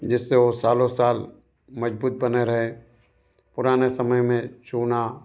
जिससे वह सालों साल मज़बूत बने रेहे पुराने समय में चुना